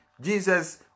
Jesus